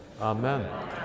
amen